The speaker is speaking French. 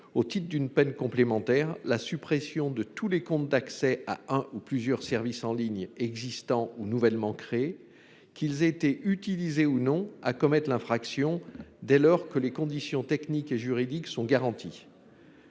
permettre au juge d’ordonner la suppression de tous les comptes d’accès à un ou plusieurs services en ligne existants ou nouvellement créés, qu’ils aient été utilisés ou non pour commettre l’infraction, dès lors que les conditions techniques et juridiques sont garanties.